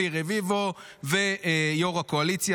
אלי רביבו ויו"ר הקואליציה,